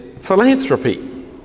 philanthropy